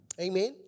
Amen